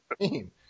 team